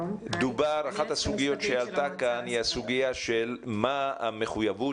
אחת הסוגיות שעלתה כאן היא מה המחויבות